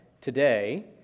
today